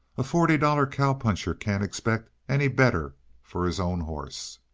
a forty-dollar cow-puncher can't expect any better for his own horse.